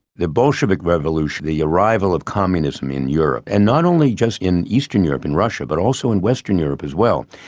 the bolshevik revolution, the arrival of communism in europe, and not only just in eastern europe, in russia, but also in western europe as well,